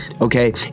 okay